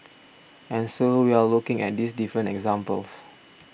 and so we are looking at these different examples